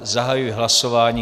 Zahajuji hlasování.